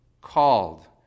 called